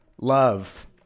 love